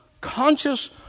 conscious